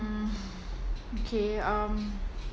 mm okay um